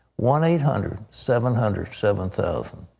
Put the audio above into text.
one eight hundred seven hundred seven thousand.